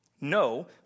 No